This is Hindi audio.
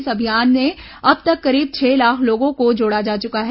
इस अभियान से अब तक करीब छह लाख लोगों को जोड़ा जा चुका है